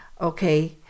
okay